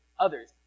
Others